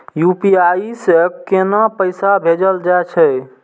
UPI से केना पैसा भेजल जा छे?